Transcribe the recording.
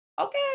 okay